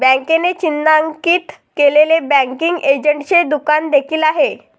बँकेने चिन्हांकित केलेले बँकिंग एजंटचे दुकान देखील आहे